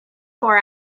four